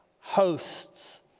hosts